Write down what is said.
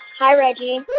hi, reggie